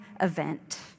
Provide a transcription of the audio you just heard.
event